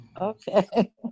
Okay